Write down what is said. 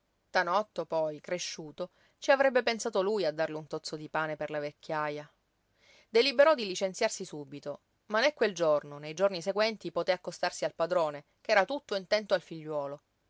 tanotto poi cresciuto ci avrebbe pensato lui a darle un tozzo di pane per la vecchiaja deliberò di licenziarsi subito ma né quel giorno né i giorni seguenti poté accostarsi al padrone che era tutto intento al figliuolo